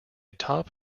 top